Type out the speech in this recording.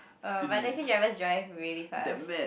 uh but taxi drivers drive really fast